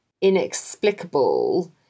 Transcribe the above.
inexplicable